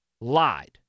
lied